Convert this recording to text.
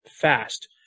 fast